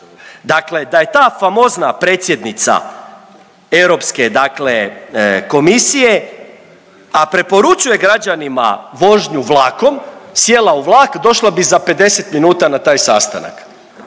Dakle, da je ta famozna predsjednica Europske dakle komisije, a preporučuje građanima vožnju vlakom, sjela u vlak, došla bi za 50 minuta na taj sastanak.